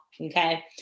Okay